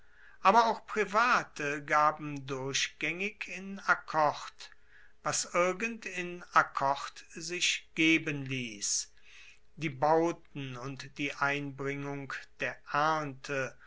aber auch private gaben durchgaengig in akkord was irgend in akkord sich geben liess die bauten und die einbringung der ernte